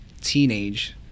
teenage